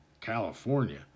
California